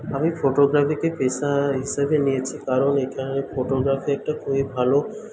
আমি ফটোগ্রাফিকে পেশা হিসেবে নিয়েছি কারণ এখানে ফটোগ্রাফি একটা খুবই ভালো